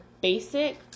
basic